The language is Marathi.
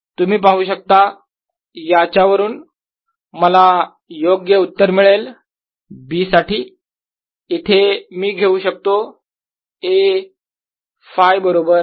तुम्ही पाहू शकता याच्यावरून मला योग्य उत्तर मिळेल B साठी इथे मी घेऊ शकतो A Φ बरोबर 0